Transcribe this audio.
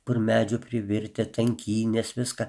kur medžių privirtę tankynės viską